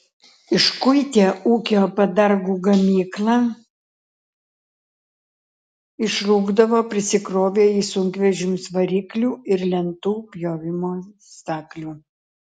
iškuitę ūkio padargų gamyklą išrūkdavo prisikrovę į sunkvežimius variklių ir lentų pjovimo staklių